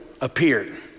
appeared